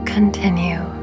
Continue